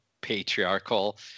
patriarchal